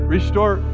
Restore